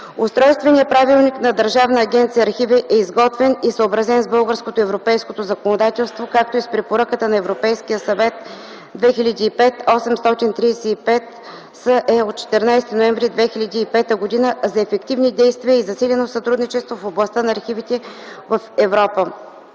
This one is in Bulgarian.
Устройственият правилник на Държавна агенция „Архиви” е изготвен и съобразен с българското и европейското законодателство, както и с препоръката на Европейския съвет 2005/835/СЕ от 14 ноември 2005 г. за ефективни действия и засилено сътрудничество в областта на архивите в Европа.